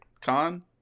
con